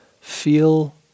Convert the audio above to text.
feel